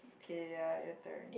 okay ya your turn